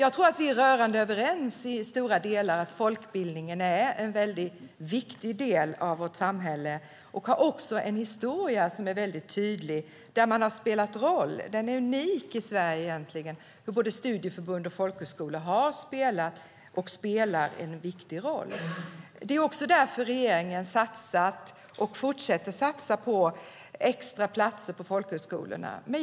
Jag tror att vi i stora delar är rörande överens om att folkbildningen är en viktig del av vårt samhälle och också har en historia som är väldigt tydlig där man har spelat en roll som är unik i Sverige. Både studieförbund och folkhögskolor har spelat och spelar en viktig roll. Det är också därför regeringen har satsat och fortsätter satsa på extra platser på folkhögskolorna.